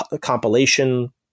compilation